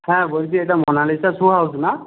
হ্যাঁ বলছি এটা মোনালিসা শ্যু হাউস না